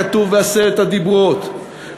כתוב בעשרת הדיברות.